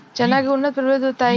चना के उन्नत प्रभेद बताई?